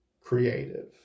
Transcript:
creative